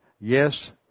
yes